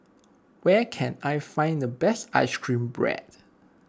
where can I find the best Ice Cream Bread